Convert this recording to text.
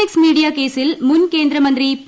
X media കേസിൽ മുൻ കേന്ദ്രമന്ത്രി ന് പി